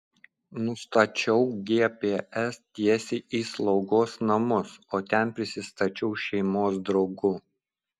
nustačiau gps tiesiai į slaugos namus o ten prisistačiau šeimos draugu